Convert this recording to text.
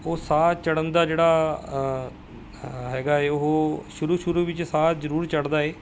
ਉਹ ਸਾਹ ਚੜਨ ਦਾ ਜਿਹੜਾ ਹੈਗਾ ਹੈ ਉਹ ਸ਼ੁਰੂ ਸ਼ੁਰੂ ਵਿੱਚ ਸਾਹ ਜ਼ਰੂਰ ਚੜਦਾ ਹੈ